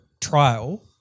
trial